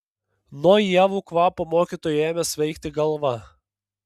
nuo ievų kvapo mokytojui ėmė svaigti galva